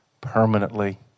permanently